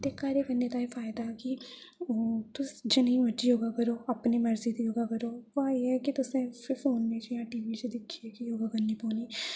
ते घरै करने दा एह् फायदा ऐ कि तुस जनेहा मर्ज़ी योगा करो अपनी मर्ज़ी दा योगा करो ते भाऽ एह् ऐ की तुसें फ़ोन च जां टी वी च दिक्खियै गै योगा करनी पौनी